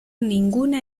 ninguna